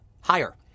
higher